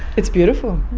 it's beautiful.